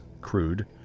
crude